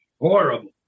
horrible